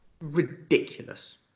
Ridiculous